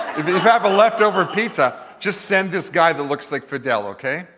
if you have a leftover pizza, just send this guy that looks like fidel, okay?